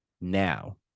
now